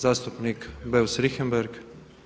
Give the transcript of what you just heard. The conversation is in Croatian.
Zastupnik Beus Richembergh.